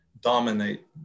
dominate